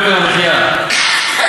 אתם לא יכולים לבטל אותו, זה הכול.